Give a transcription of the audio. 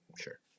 Sure